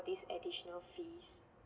these additional fees